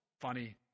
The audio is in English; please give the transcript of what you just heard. funny